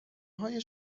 های